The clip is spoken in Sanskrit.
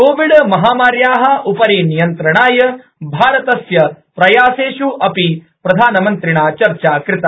कोविडमहामार्याः उपरि नियन्त्रणाय भारतस्य प्रयासेष् अपि चर्चा कृता